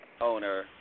owner